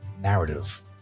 narrative